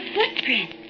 footprint